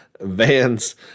Van's